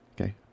Okay